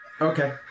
Okay